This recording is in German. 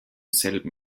selben